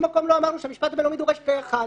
מקום לא אמרנו שהמשפט הבינלאומי דורש פה-אחד.